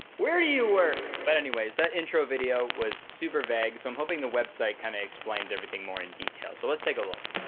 where do you but anyways, that intro video was super vague. so i'm hoping the website kinda explains everything more in detail. so let's take a look.